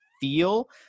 feel